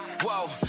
Whoa